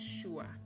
sure